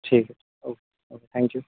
ठीक है okay thank you